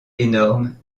énorme